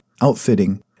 outfitting